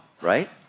right